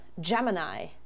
Gemini